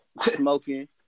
Smoking